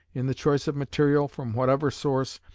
in the choice of material, from whatever source,